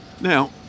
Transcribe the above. Now